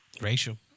racial